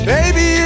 Baby